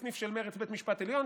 סניף של מרצ בית משפט עליון,